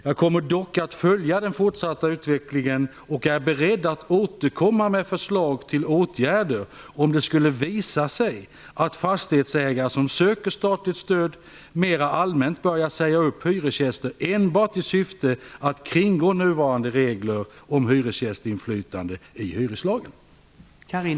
Jag kommer dock att följa den fortsatta utvecklingen och är beredd att återkomma med förslag till åtgärder om det skulle visa sig att fastighetsägare som söker statligt stöd mera allmänt börjar säga upp hyresgäster enbart i syfte att kringgå nuvarande regler om hyresgästinflytande i hyreslagen.